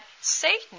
Satan